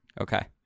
Okay